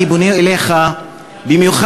אני פונה אליך במיוחד.